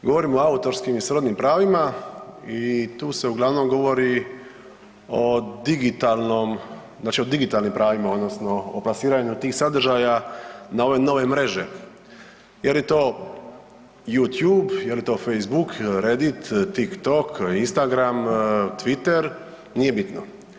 Govorim o autorskim i srodnim pravima i tu se uglavnom govori o digitalnom, znači o digitalnim pravima odnosno o plasiranju tih sadržaja na ove nove mreže je li to Youtube, Facebook, Reddit, Tik-Tok, Instagram, Twitter, nije bitno.